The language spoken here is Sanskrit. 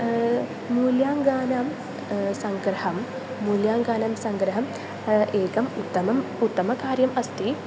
मूल्याङ्कानां सङ्ग्रहं मूल्याङ्कानां सङ्ग्रहम् एकम् उत्तमम् उत्तमकार्यम् अस्ति